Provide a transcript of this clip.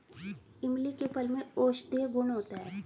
इमली के फल में औषधीय गुण होता है